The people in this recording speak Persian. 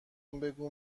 بگو